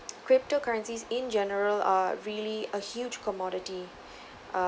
crypto currencies in general are really a huge commodity